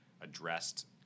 addressed